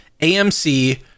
AMC